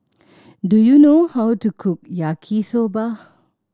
do you know how to cook Yaki Soba